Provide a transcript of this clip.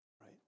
right